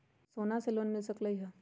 सोना से लोन मिल सकलई ह?